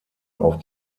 auf